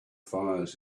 fires